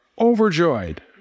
overjoyed